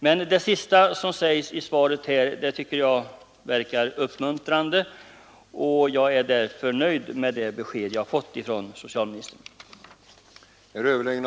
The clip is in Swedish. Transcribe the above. Men det sista socialministern sade i svaret tycker jag verkar uppmuntrande, och jag är därför nöjd med det besked jag fått från socialministern.